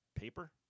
Paper